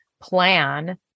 plan